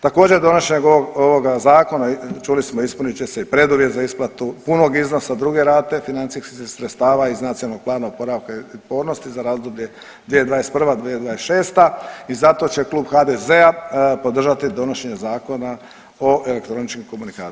Također donošenjem ovog zakona, čuli smo, ispunit će se i preduvjet za isplatu punog iznosa druge rate financijskih sredstava iz Nacionalnog plana oporavka i otpornosti za razdoblje 2021. – 2026. i zato će Klub HDZ-a podržati donošenje Zakona o elektroničkim komunikacijama.